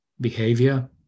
behavior